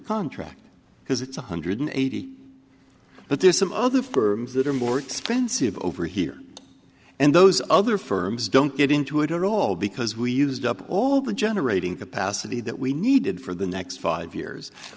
contract because it's one hundred eighty but there some other firms that are more expensive over here and those other firms don't get into it at all because we used up all the generating capacity that we needed for the next five years